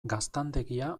gaztandegia